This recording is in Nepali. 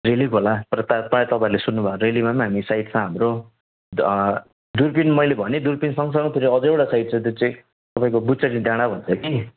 रेली खोला प्र प्रायः प्रायः तपाईँले सुन्नुभयो रेलीमा पनि हामी साइट छ हाम्रो दुर्पिन मैले भने दुर्पिन सँगसँगै अझै एउटा साइट छ त्यो चाहिँ तपाईँको बुच्चे जुन डाँडा भन्छ कि